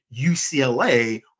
UCLA